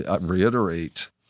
reiterate